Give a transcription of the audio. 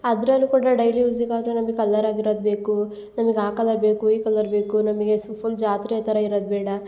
ಅದರಲ್ಲೂ ಕೂಡ ಡೈಲಿ ಯೂಸ್ಗಾದರು ನಮ್ಗೆ ಕಲ್ಲರಾಗಿ ಇರೋದು ಬೇಕು ನಮಗೆ ಆ ಕಲ್ಲರ್ ಬೇಕು ಈ ಕಲ್ಲರ್ ಬೇಕು ನಮಗೆ ಸ್ ಫುಲ್ ಜಾತ್ರೆ ಥರ ಇರೋದು ಬೇಡ